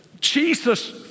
Jesus